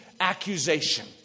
accusation